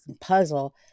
puzzle